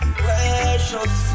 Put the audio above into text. precious